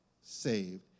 saved